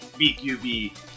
BQB